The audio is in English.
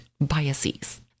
biases